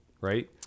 right